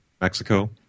Mexico